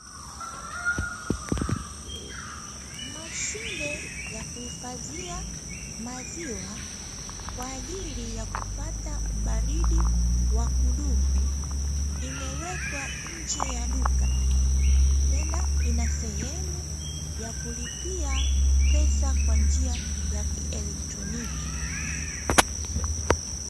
Mashine ya kuhifadhia maziwa, kwajili ya kupata ubaridi wa kudumu, imewekwa nje ya duka tena inasehemu ya kulipia pesa kwanjia ya kielotroniki.